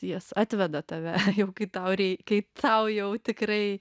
jos atveda tave kai tau reik tau jau tikrai